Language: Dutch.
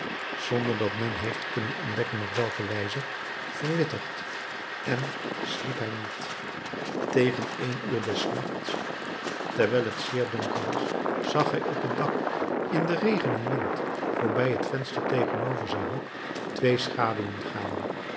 zonder dat men heeft kunnen ontdekken op welke wijze verwittigd en sliep hij niet tegen één uur des nachts terwijl het zeer donker was zag hij op het dak in den regen en wind voorbij het venster tegenover zijn hok twee schaduwen gaan